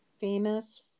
famous